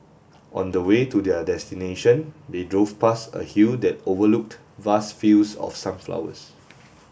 on the way to their destination they drove past a hill that overlooked vast fields of sunflowers